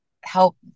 help